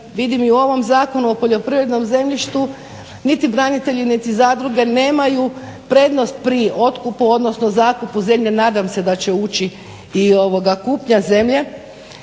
vidim i u ovom Zakon o poljoprivrednom zemljištu niti branitelji niti zadruge nemaju prednost pri otkupu odnosno zakupu zemlje, nadam se ući i kupnja zemlje